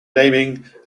naming